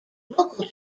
local